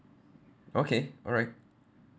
okay alright